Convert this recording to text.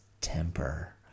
temper